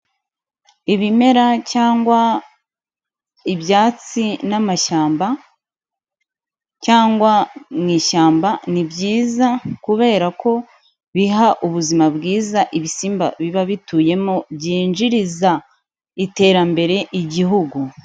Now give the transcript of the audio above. Ibimera cyangwa ibyatsi n'amashyamba, cyangwa mu ishyamba, ni byiza kubera ko biha ubuzima bwiza ibisimba biba bituyemo byinjiriza iterambere igihugu.